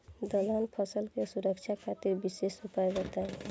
दलहन फसल के सुरक्षा खातिर विशेष उपाय बताई?